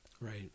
Right